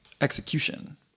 execution